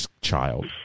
child